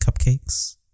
Cupcakes